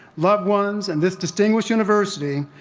loved ones and this distinguished university,